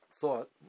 thought